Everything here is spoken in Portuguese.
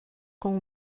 com